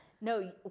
No